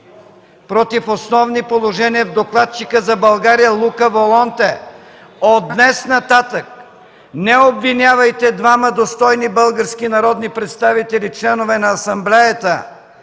против основни положения на докладчика за България Лука Волонте. От днес нататък не обвинявайте двама достойни български народни представители – членове на Асамблеята,